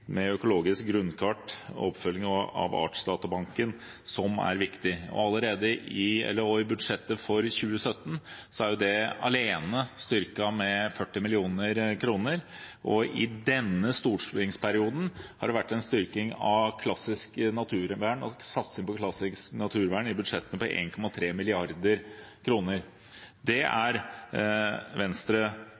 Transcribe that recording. av artsdatabanken som er viktig. I budsjettet for 2017 er dette – alene – styrket med 40 mill. kr, og i denne stortingsperioden har det vært en satsing på klassisk naturvern i budsjettene på 1,3 mrd. kr. Det er Venstre godt fornøyd med å ha fått til, og det er